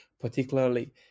particularly